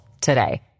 today